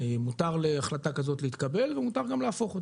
מותר להחלטה כזאת להתקבל ומותר גם להפוך אותה.